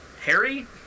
Harry